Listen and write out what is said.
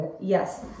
yes